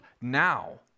now